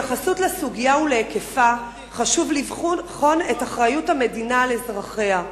בהתייחסות לסוגיה ולהיקפה חשוב לבחון את אחריות המדינה לאזרחיה.